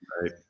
right